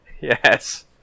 Yes